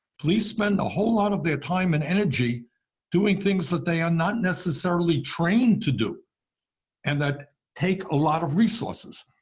police spend a whole lot of their time and energy doing things that they are not necessarily trained to do and that take a lot of resources.